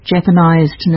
Japanese